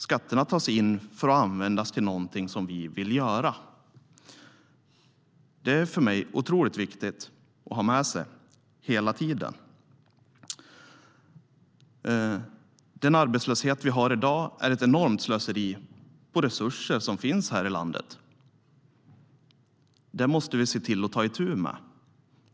Skatterna ska tas in för att användas till något som vi vill göra. Det är otroligt viktigt att ha med sig hela tiden. Den arbetslöshet vi har i dag är ett enormt slöseri med resurser som finns här i landet. Det måste vi se till att ta itu med.